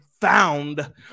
found